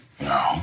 No